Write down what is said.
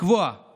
לקבוע את